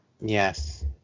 Yes